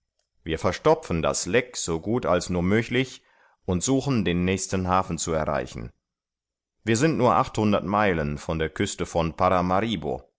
wir verstopfen den leck so gut als nur möglich und suchen den nächsten hafen zu erreichen wir sind nur achthundert meilen von der küste von